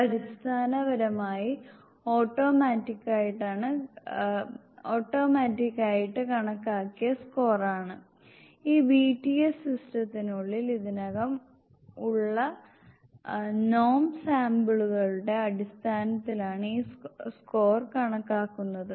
ഇത് അടിസ്ഥാനപരമായി ഓട്ടോമാറ്റിക്കായിട്ട് കണക്കാക്കിയ സ്കോർ ആണ് ഈ ബിടിഎസ് സിസ്റ്റത്തിനുള്ളിൽ ഇതിനകം ഉള്ള നോം സാമ്പിളുകളുടെ അടിസ്ഥാനത്തിലാണ് ഈ സ്കോർ കണക്കാക്കുന്നത്